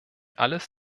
alles